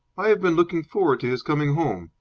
i have been looking forward to his coming home.